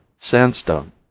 sandstone